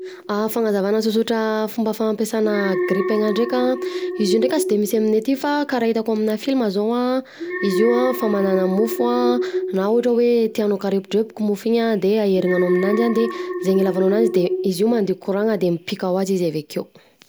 Fanazavana sosotra mikasika fampiasana grille-pain-gna ndreka an, izy io tsy de misy aminay aty fa karaha itako aminà film zao an izy io an famanana mofo an, na ohatra hoe tianao hikarepodrepoka mofo iny an de aherinanao aminanjy an de zegny ilavanao ananjy de izy io mandeha courant-gna de mipika hoazy izy avekeo.